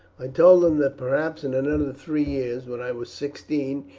i told him that perhaps in another three years, when i was sixteen,